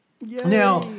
Now